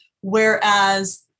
Whereas